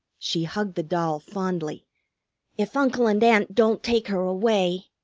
she hugged the doll fondly if uncle and aunt don't take her away!